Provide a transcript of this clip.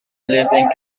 living